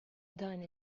done